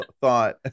thought